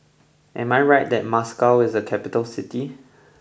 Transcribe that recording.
am I right that Moscow is a capital city